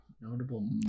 Notable